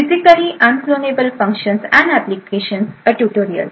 physically unclonable functions and application a tutorial